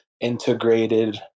integrated